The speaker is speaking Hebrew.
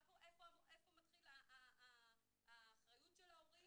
איפה מתחילה המעורבות של ההורים.